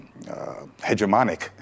hegemonic